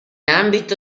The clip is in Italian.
ambito